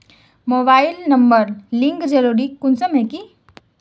Mobile number link जरुरी कुंसम है की?